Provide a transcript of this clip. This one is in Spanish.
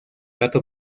gato